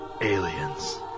aliens